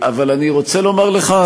אבל אני רוצה לומר לך,